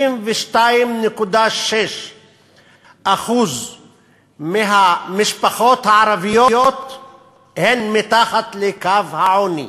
שלפיו 52.6% מהמשפחות הערביות מצויות מתחת לקו העוני.